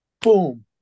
Boom